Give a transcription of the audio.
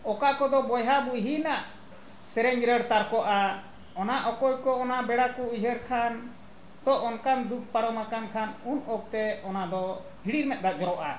ᱚᱠᱟ ᱠᱚᱫᱚ ᱵᱚᱭᱦᱟ ᱵᱩᱦᱤᱱᱟᱜ ᱥᱮᱨᱮᱧ ᱨᱟᱹᱲ ᱛᱟᱨᱠᱚᱜᱼᱟ ᱚᱱᱟ ᱚᱠᱚᱭ ᱠᱚ ᱚᱱᱟ ᱵᱮᱲᱟ ᱠᱚ ᱩᱭᱦᱟᱹᱨ ᱠᱷᱟᱱ ᱛᱚ ᱚᱱᱠᱟᱱ ᱫᱩᱠ ᱯᱟᱨᱚᱢ ᱟᱠᱟᱱ ᱠᱷᱟᱱ ᱩᱱ ᱚᱠᱛᱚ ᱚᱱᱟ ᱫᱚ ᱦᱤᱰᱤᱨ ᱢᱮᱫ ᱫᱟᱜ ᱡᱚᱨᱚᱜᱼᱟ